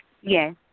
Yes